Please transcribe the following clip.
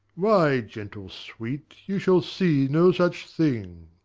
why, gentle sweet, you shall see no such thing.